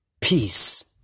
peace